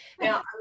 now